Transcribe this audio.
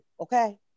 Okay